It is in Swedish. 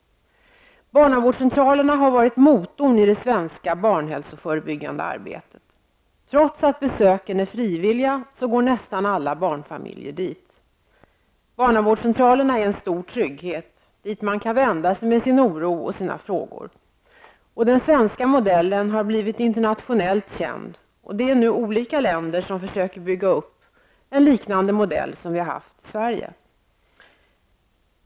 Barnavårdscentralerna har varit motorn i det svenska barnhälsoförebyggande arbetet. Trots att besöken är frivilliga, går nästan alla barnfamiljer dit. Barnavårdscentralerna är en stor trygghet, dit man kan vända sig med sin oro och sina frågor. Den svenska modellen har blivit internationellt känd. Olika länder försöker nu bygga upp en liknande modell som den vi haft i Sverige.